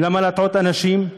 ולמה להטעות אנשים?